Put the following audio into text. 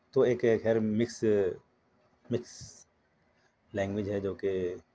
تو ایک خیر مِکس مِکس لینگویج ہے جو کہ